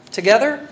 Together